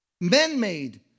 Man-made